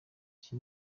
iki